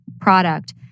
product